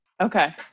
Okay